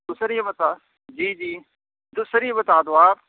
تو سر یہ بتاؤ جی جی تو سر یہ بتا دو آپ